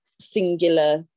singular